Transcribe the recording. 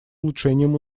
улучшением